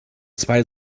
zwei